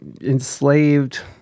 enslaved